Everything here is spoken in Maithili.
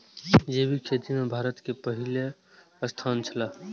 जैविक खेती में भारत के पहिल स्थान छला